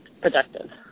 productive